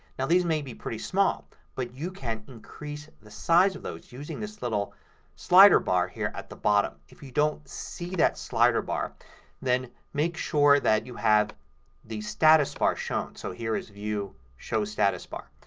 now these may be pretty small but you can increase the size of those using this little slider bar here at the bottom. if you don't see that slider bar then make sure that you have the status bar shown. so here's view, show status bar.